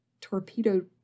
torpedo